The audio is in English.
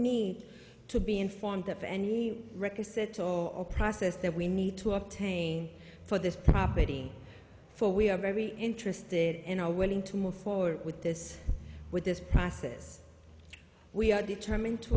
need to be informed that any records set or a process that we need to obtain for this property for we are very interested and are willing to move forward with this with this process we are determined to